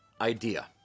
idea